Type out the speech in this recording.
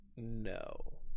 No